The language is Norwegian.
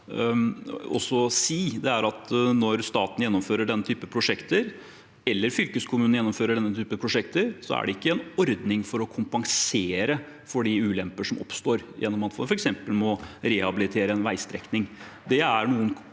når staten gjennomfører denne type prosjekter, eller fylkeskommuner gjennomfører denne type prosjekter, er det ikke en ordning for å kompensere for de ulemper som oppstår når man f.eks. må rehabilitere en veistrekning.